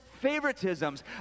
Favoritisms